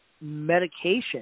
medication